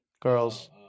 Girls